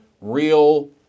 real